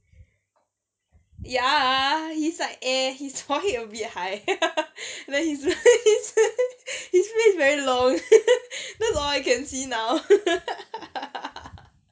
ya he's like eh his forehead a bit high then his his face very long that's all I can see now